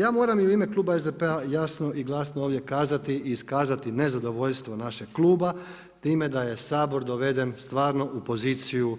Ja moram i u ime kluba SDP-a jasno i glasno ovdje kazati i iskazati nezadovoljstvo našeg kluba time da je Sabor doveden stvarno u poziciju